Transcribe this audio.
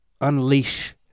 unleash